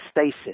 stasis